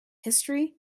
history